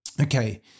Okay